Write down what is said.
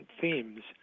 themes